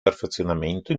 perfezionamento